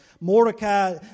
Mordecai